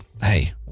hey